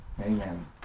Amen